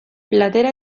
platera